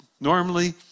Normally